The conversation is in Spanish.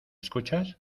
escuchas